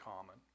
common